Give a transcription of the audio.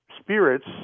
spirits